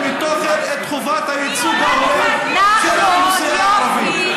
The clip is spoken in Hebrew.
את חובת הייצוג ההולם, נכון, יופי,